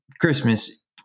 Christmas